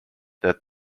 that